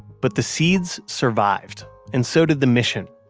but the seeds survived and so did the mission.